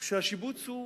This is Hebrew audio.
כשהשיבוץ הוא